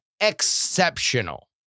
exceptional